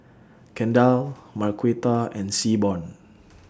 Kendall Marquita and Seaborn